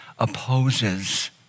opposes